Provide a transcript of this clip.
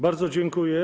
Bardzo dziękuję.